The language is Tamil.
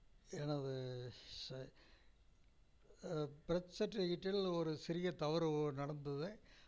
எனது ச பெர்த் சர்டிஃபிக்கேட்டில் ஒரு சிறிய தவறு ஒன்று நடந்தது